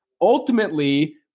Ultimately